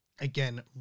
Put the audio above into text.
Again